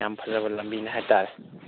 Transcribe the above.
ꯌꯥꯝ ꯐꯖꯕ ꯂꯝꯕꯤꯅꯦ ꯍꯥꯏꯇꯔꯦ